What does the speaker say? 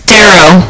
Darrow